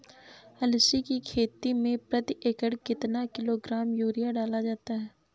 अलसी की खेती में प्रति एकड़ कितना किलोग्राम यूरिया डाला जाता है?